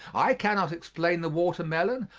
i cannot explain the watermelon,